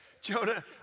Jonah